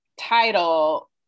title